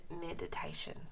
meditation